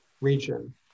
region